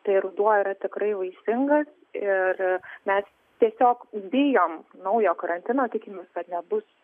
tai ruduo yra tikrai vaisingas ir mes tiesiog bijom naujo karantino tikimės kad nebus